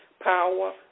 Power